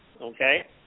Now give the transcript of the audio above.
Okay